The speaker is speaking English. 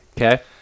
Okay